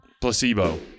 placebo